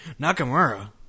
Nakamura